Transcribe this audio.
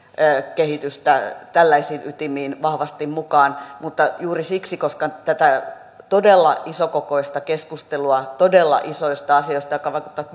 kehitystä että mennään tällaisiin ytimiin vahvasti mukaan mutta juuri siksi koska on tätä todella isokokoista keskustelua todella isoista asioista jotka vaikuttavat